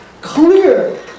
clear